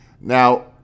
now